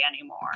anymore